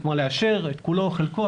כלומר לאשר את כולו או חלקו,